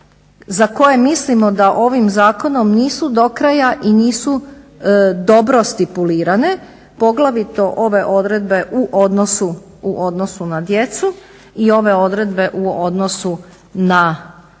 za koje mislimo da ovim zakonom nisu do kraja i nisu dobro stipulirane, poglavito ove odredbe u odnosu na djecu i ove odredbe u odnosu na osobno